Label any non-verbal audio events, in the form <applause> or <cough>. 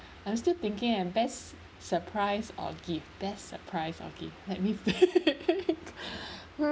I'm still thinking eh best surprise or gift best surprise or gift let me think <laughs>